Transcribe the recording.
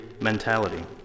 mentality